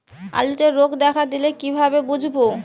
আলুতে রোগ দেখা দিলে কিভাবে বুঝবো?